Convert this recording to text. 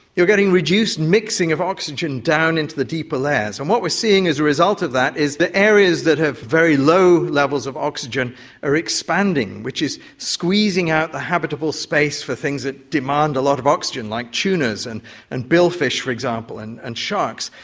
you're getting reduced mixing of oxygen down into the deeper layers. and what we're seeing as a result of that is the areas that have very low levels of oxygen are expanding, which is squeezing out the habitable space for things that demand a lot of oxygen, like tunas and and billfish, for example, and and sharks.